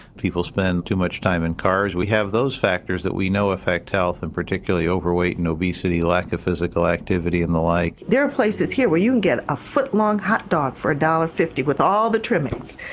people spend too much time in cars. we have those factors that we know affect health and particularly overweight and obesity, lack of physical activity and the like. there are places here where you can get a foot-long hotdog for one dollars. fifty with all the trimmings.